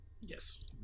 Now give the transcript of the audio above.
Yes